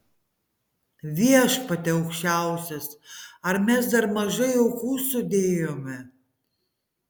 viešpatie aukščiausias ar mes dar mažai aukų sudėjome